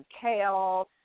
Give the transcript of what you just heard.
kale